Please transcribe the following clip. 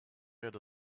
ahead